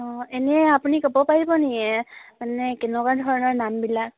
অঁ এনেই আপুনি ক'ব পাৰিব নেকি মানে কেনেকুৱা ধৰণৰ নামবিলাক